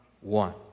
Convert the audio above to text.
one